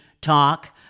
Talk